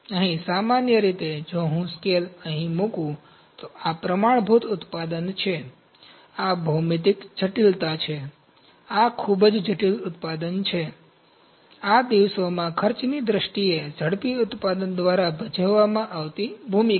અહીં સામાન્ય રીતે જો હું અહીં સ્કેલ મૂકું તો આ પ્રમાણભૂત ઉત્પાદન છે આ ભૌમિતિક જટિલતા છે આ ખૂબ જ જટિલ ઉત્પાદન છે આ દિવસોમાં ખર્ચની દ્રષ્ટિએ ઝડપી ઉત્પાદન દ્વારા ભજવવામાં આવતી ભૂમિકા છે